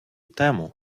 тему